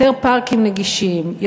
יותר פארקים נגישים,